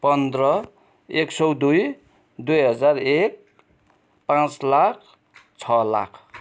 पन्ध्र एक सौ दुई दुई हजार एक पाँच लाख छ लाख